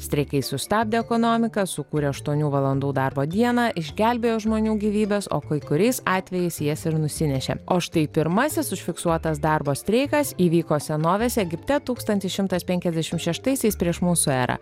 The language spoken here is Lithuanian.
streikai sustabdė ekonomiką sukūrė aštuonių valandų darbo dieną išgelbėjo žmonių gyvybes o kai kuriais atvejais jas ir nusinešė o štai pirmasis užfiksuotas darbo streikas įvyko senovės egipte tūkstantis šimtas penkiasdešim šeštaisiais prieš mūsų erą